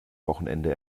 wochenende